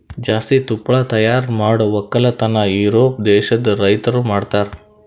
ಜಾಸ್ತಿ ತುಪ್ಪಳ ತೈಯಾರ್ ಮಾಡ್ ಒಕ್ಕಲತನ ಯೂರೋಪ್ ದೇಶದ್ ರೈತುರ್ ಮಾಡ್ತಾರ